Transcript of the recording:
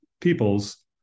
peoples